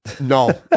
No